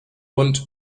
und